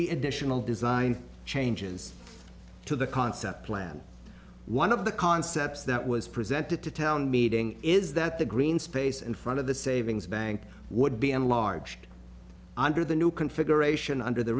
be additional design changes to the concept plan one of the concepts that was presented to town meeting is that the green space in front of the savings bank would be enlarged under the new configuration under the